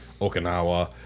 Okinawa